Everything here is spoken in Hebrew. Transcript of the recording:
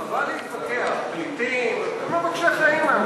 חבל להתווכח, פליטים, מבקשי חיים האנשים האלה.